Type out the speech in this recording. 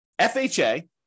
FHA